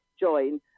join